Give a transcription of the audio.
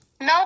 No